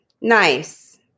nice